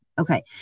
okay